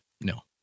no